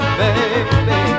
baby